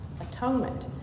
Atonement